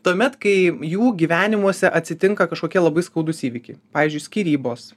tuomet kai jų gyvenimuose atsitinka kažkokie labai skaudūs įvykiai pavyzdžiui skyrybos